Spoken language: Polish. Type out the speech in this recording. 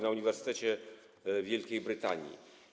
na uniwersytecie w Wielkiej Brytanii.